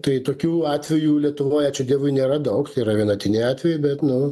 tai tokių atvejų lietuvoj ačiū dievui nėra daug tai yra vienatiniai atvejai bet nu